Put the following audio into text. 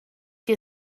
you